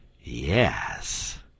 Yes